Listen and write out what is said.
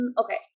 okay